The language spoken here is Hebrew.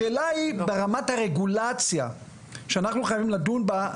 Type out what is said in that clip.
השאלה היא ברמת הרגולציה שאנחנו חייבים לדון בה,